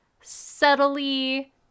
subtly